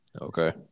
Okay